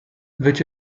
which